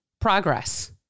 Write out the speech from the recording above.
progress